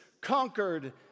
conquered